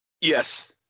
Yes